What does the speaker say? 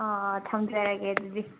ꯑꯥ ꯑꯥ ꯊꯝꯖꯔꯒꯦ ꯑꯗꯨꯗꯤ